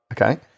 okay